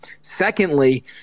Secondly